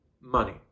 money